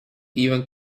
even